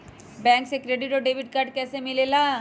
Bank से credit और debit card कैसी मिलेला?